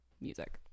music